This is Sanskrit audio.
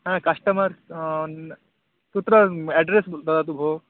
हा कस्टमर् कुत्र एड्रस् ददातु भोः